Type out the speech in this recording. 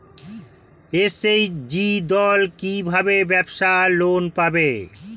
SHG দল কী ভাবে ব্যাবসা লোন পাবে?